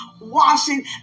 washing